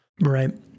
Right